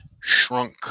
shrunk